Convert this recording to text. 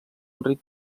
enric